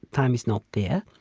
time is not there.